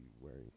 wearing